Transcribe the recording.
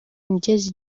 ngeze